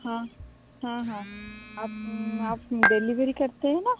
हाँ हाँ हाँ आप आप डेलीवेरी करते है ना